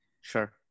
Sure